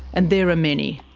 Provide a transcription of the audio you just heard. and there are many.